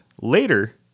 later